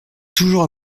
toujours